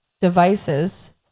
devices